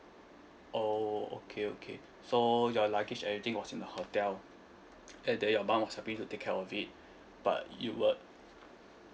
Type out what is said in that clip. oh okay okay so your luggage and everything was in the hotel and then your mum was helping to take care of it but you were